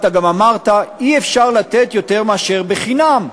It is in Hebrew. אתה גם אמרת: אי-אפשר לתת יותר מאשר בחינם,